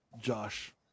josh